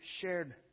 shared